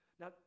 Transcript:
Now